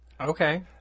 Okay